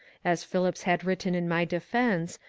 as phillips had written in my defence,